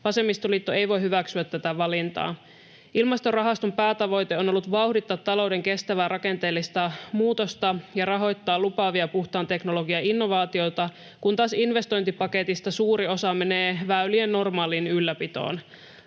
Vasemmistoliitto ei voi hyväksyä tätä valintaa. Ilmastorahaston päätavoite on ollut vauhdittaa talouden kestävää rakenteellista muutosta ja rahoittaa lupaavia puhtaan teknologian innovaatioita, kun taas investointipaketista suuri osa menee väylien normaaliin ylläpitoon.